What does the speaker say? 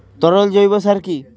তরল জৈব সার কি?